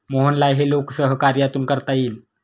मोहनला हे लोकसहकार्यातून करता येईल